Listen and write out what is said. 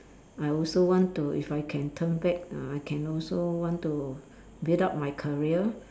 I also want to if I can turn back uh I can also want to build up my career